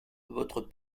votre